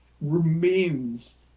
remains